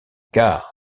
car